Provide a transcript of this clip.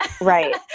Right